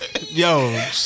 yo